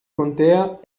contea